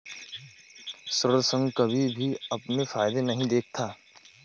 ऋण संघ कभी भी अपने फायदे नहीं देखता है